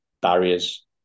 barriers